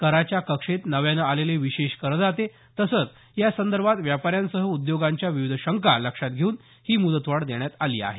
कराच्या कक्षेत नव्यानं आलेले विशेष करदाते तसंच या संदर्भात व्यापाऱ्यांसह उद्योगांच्या विविध शंका लक्षात घेऊन ही मुदतवाढ देण्यात आली आहे